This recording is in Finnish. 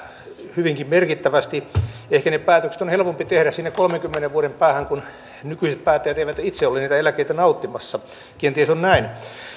hyvinkin merkittävästi ehkä ne päätökset on helpompi tehdä sinne kolmenkymmenen vuoden päähän kun nykyiset päättäjät eivät itse ole niitä eläkkeitä nauttimassa kenties on näin